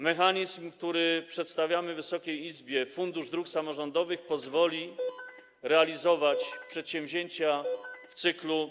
Mechanizm, który przedstawiamy Wysokiej Izbie, Fundusz Dróg Samorządowych pozwoli realizować przedsięwzięcia w cyklu.